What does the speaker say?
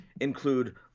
include